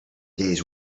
day’s